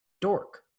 dork